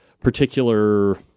particular